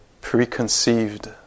preconceived